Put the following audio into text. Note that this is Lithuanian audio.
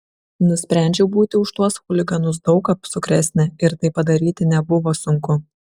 nusprendžiau būti už tuos chuliganus daug apsukresnė ir tai padaryti nebuvo sunku